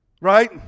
right